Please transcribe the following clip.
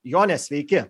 jone sveiki